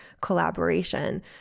collaboration